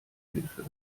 hilfe